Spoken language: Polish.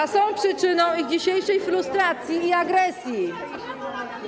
a są przyczyną dzisiejszej frustracji i agresji.